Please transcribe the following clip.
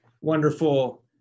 wonderful